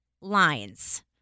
lines